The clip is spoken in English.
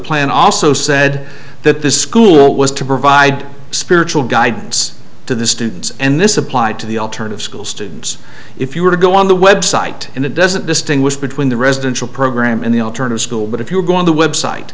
plan also said that the school was to provide spiritual guidance to the students and this applied to the alternative school students if you were to go on the web site and it doesn't distinguish between the residential program and the alternative school but if you're going the website